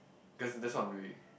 cause that's what I'm do it